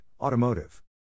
Automotive